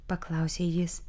paklausė jis